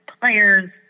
players